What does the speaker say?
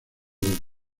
del